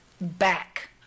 back